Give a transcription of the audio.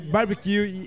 Barbecue